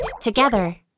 together